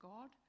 God